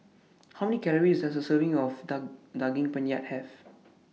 How Many Calories Does A Serving of Daging Penyet Have